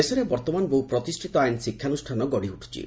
ଦେଶରେ ବର୍ଉମାନ ବହୁ ପ୍ରତିଷିତ ଆଇନ ଶିକ୍ଷାନୁଷ୍ଠାନମାନ ଗଢି ଉଠୁଛି